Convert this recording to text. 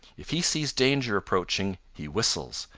if he sees danger approaching he whistles,